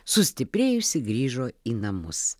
sustiprėjusi grįžo į namus